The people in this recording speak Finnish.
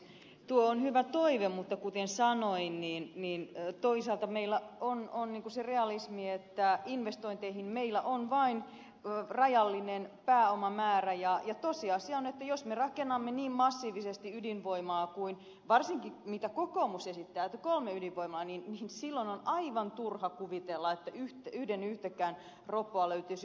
tuo on hyvä toive mutta kuten sanoin niin toisaalta meillä on niin kuin se realismi että investointeihin meillä on vain rajallinen pääomamäärä ja tosiasia on että jos me rakennamme niin massiivisesti ydinvoimaa varsinkin kuten kokoomus esittää että kolme ydinvoimalaa niin silloin on aivan turha kuvitella että yhden yhtäkään ropoa löytyisi uusiutuvaan